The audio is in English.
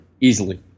easily